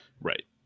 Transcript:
Right